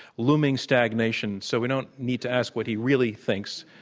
looming stagnation, so we don't need to ask what he really thinks.